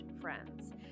friends